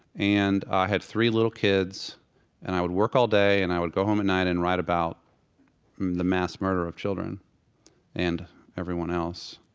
and i had three little kids and i would work all day and i would go home at night and write about the mass murder of children and everyone else.